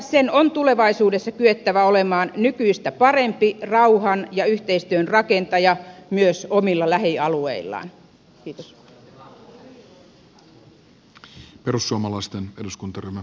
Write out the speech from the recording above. sen on tulevaisuudessa kyettävä olemaan nykyistä parempi rauhan ja yhteistyön rakentaja myös omilla lähialueillaan